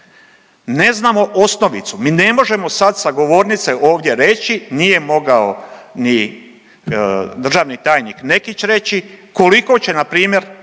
ne znamo osnovicu, mi ne možemo sad sa govornice ovdje reći nije mogao ni državni tajnik Nekić reći koliko će npar.